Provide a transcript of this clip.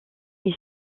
est